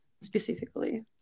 specifically